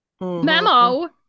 Memo